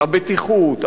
הבטיחות,